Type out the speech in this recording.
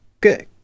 good